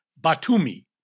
Batumi